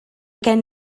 gen